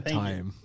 time